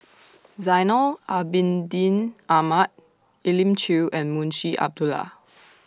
Zainal Abidin Ahmad Elim Chew and Munshi Abdullah